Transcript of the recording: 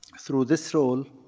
through this role,